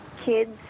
kids